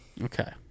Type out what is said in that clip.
Okay